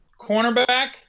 Cornerback